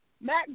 Mac